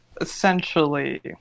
essentially